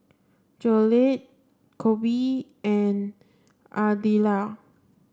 Jolette Coby and Adelia